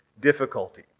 difficulty